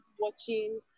watching